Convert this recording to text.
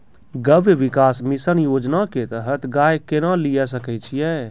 गव्य विकास मिसन योजना के तहत गाय केना लिये सकय छियै?